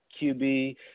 QB